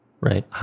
Right